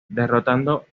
derrotando